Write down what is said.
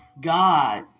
God